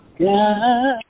God